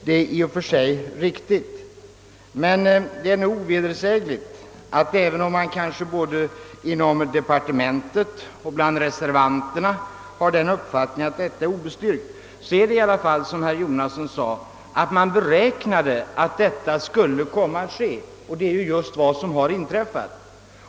Detta är i och för sig riktigt, men även om både departementschefen och reservanterna har den uppfattningen att det är obestyrkt att uppgången berott på jordbruksutredningens förslag, är det i alla fall ovedersägligt, såsom herr Jonasson nämnde, att man beräknade att detta skulle komma att ske efter presentationen av utredningens förslag och det har även inträffat.